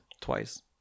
Twice